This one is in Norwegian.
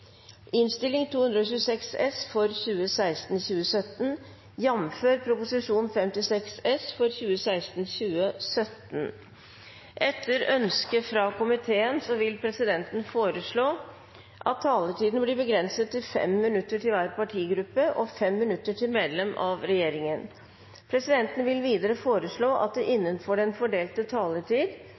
innstilling. Flere har ikke bedt om ordet til sak nr. 1. Etter ønske fra transport- og kommunikasjonskomiteen vil presidenten foreslå at taletiden blir begrenset til 5 minutter til hvert parti og 5 minutter til medlemmer av regjeringen. Videre vil presidenten foreslå at det – innenfor den fordelte taletid